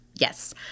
Yes